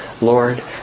Lord